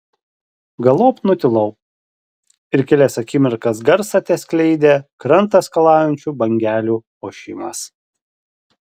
galop nutilau ir kelias akimirkas garsą teskleidė krantą skalaujančių bangelių ošimas